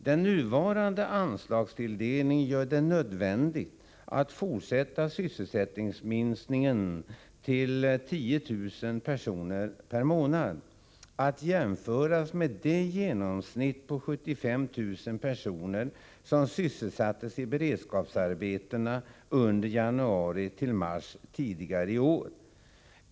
Den nuvarande anslagstilldelningen gör det nödvändigt att fortsätta sysselsättningsminskningen till 10 000 personer per månad, att jämföras med det genomsnitt på 75 000 personer som sysselsattes i beredskapsarbetena under januari till mars tidigare i år.